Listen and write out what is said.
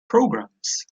programs